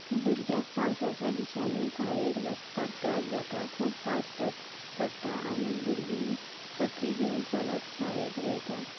भुरग्यांक पावसाच्या दिसांनी शाळेंत वचपाक त्रास जाता खूब पावस पड पडटा आनी भुरगीं सत्री घेवन चलत शाळेंत वयता